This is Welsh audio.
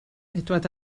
edward